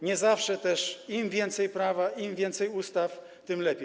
Nie zawsze też im więcej prawa, im więcej ustaw, tym lepiej.